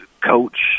coach